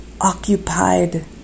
Occupied